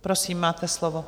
Prosím, máte slovo.